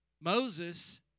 Moses